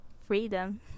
freedom